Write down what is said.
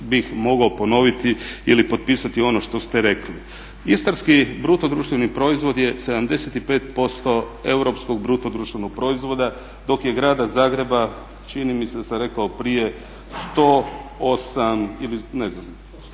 bih mogao ponoviti ili potpisati ono što ste rekli. Istarski BDP je 75% europskog BDP-a dok je Grada Zagreba čini mi se da sam rekao prije 108 ili ne znam